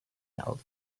held